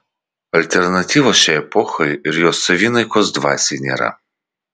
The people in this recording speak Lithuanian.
alternatyvos šiai epochai ir jos savinaikos dvasiai nėra